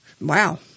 wow